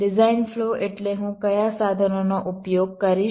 design flow એટલે હું કયા સાધનોનો ઉપયોગ કરીશ